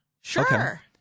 Sure